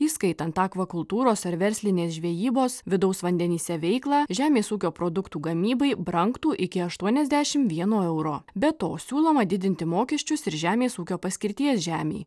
įskaitant akvakultūros ar verslinės žvejybos vidaus vandenyse veiklą žemės ūkio produktų gamybai brangtų iki aštuoniasdešimt vieno euro be to siūloma didinti mokesčius ir žemės ūkio paskirties žemei